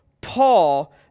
Paul